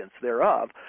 thereof